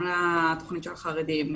גם לתוכנית של החרדים,